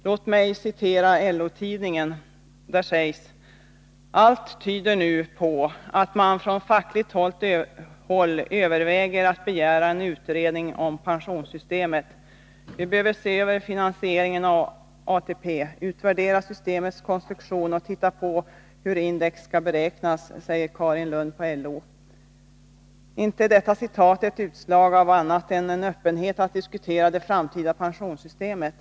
Låt mig citera LO-tidningen. Där sägs: ”Allt tyder nu på att man från fackligt håll överväger att begära en utredning om pensionssystemet. Vi behöver se över finansieringen av ATP, utvärdera systemets konstruktion och titta på hur index skall beräknas, säger Karin Lund på LO.” Inte är detta citat ett utslag av annat än en öppenhet när det gäller att diskutera det framtida pensionssystemet.